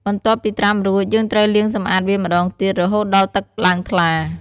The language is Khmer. បន្ទាប់ពីត្រាំរួច យើងត្រូវលាងសម្អាតវាម្ដងទៀត រហូតដល់ទឹកឡើងថ្លា។